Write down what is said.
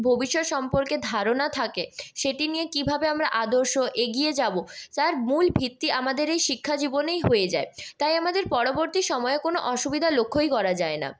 ভবিষ্যৎ সম্পর্কে ধারণা থাকে সেটি নিয়ে কিভাবে আমরা আদর্শ এগিয়ে যাব যার মূল ভিত্তি আমাদের এই শিক্ষাজীবনেই হয়ে যায় তাই আমাদের পরবর্তী সময়ে কোনও অসুবিধা লক্ষ্যই করা যায় না